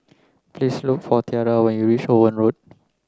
please look for Tiara when you reach Owen Road